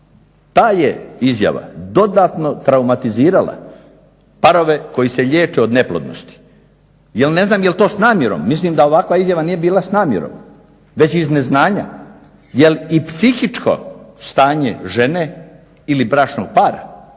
Ta je izjava dodatno traumatizirala parove koji se liječe od neplodnosti, jer ne znam je li to s namjerom. Mislim da ovakva izjava nije bila s namjerom već iz neznanja. Jer i psihičko stanje žene ili bračnog para